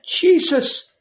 Jesus